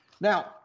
Now